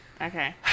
okay